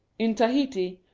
in tahiti,